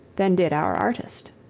than did our artist.